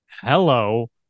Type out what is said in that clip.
hello